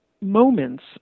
moments